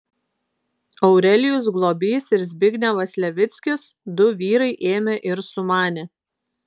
aurelijus globys ir zbignevas levickis du vyrai ėmė ir sumanė